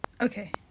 Okay